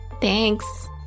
Thanks